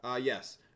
Yes